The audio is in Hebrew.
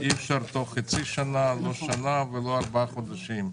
אי אפשר בתוך חצי שנה, לא שנה ולא ארבעה חודשים.